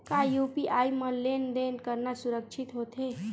का यू.पी.आई म लेन देन करना सुरक्षित होथे?